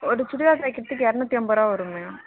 ஒரு சுடிதார் தைக்கிறதுக்கு இரநூற்றி ஐம்பது ரூவா வருங்க